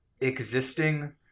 existing